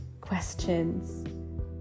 questions